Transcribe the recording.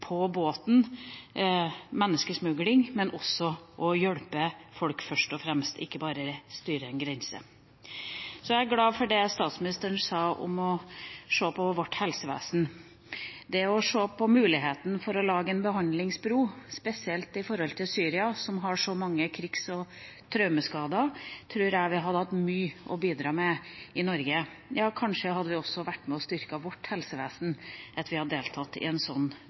menneskesmugling, men også hjelpe folk først og fremst, ikke bare styre en grense. Så er jeg glad for det statsministeren sa om å se på vårt helsevesen. Når det gjelder å se på muligheten for å lage en behandlingsbro, spesielt i forhold til Syria, som har så mange krigs- og traumeskader, tror jeg vi hadde hatt mye å bidra med i Norge, ja, kanskje hadde det også vært med på å styrke vårt helsevesen at vi hadde deltatt i en sånn